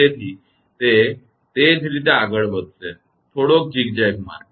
તેથી તે તે જ રીતે આગળ વધશે થોડોક ઝિગઝગ માર્ગ